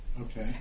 Okay